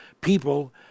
people